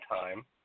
time